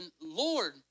Lord